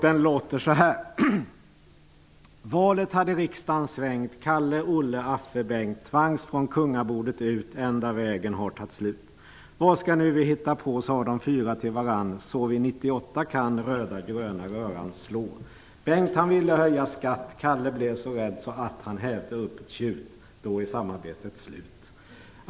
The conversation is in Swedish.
Den låter så här: Va ska nu vi hitta på? sa de fyra till varann så vi nittiåtta kan röda gröna röran slå Calle blev då rädd så att han hävde upp ett tjut: Då är samarbetet slut!